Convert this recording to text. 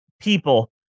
people